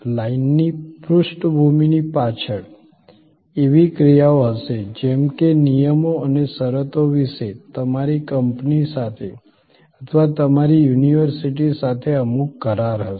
લાઇનની પૃષ્ઠભૂમિની પાછળ એવી ક્રિયાઓ હશે જેમ કે નિયમો અને શરતો વિશે તમારી કંપની સાથે અથવા તમારી યુનિવર્સિટી સાથે અમુક કરાર હશે